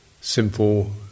simple